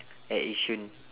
at yishun